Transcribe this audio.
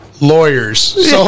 lawyers